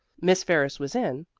miss ferris was in,